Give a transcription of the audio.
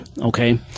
okay